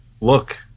look